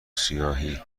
سیاهی